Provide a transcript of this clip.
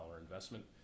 investment